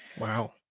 Wow